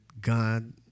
God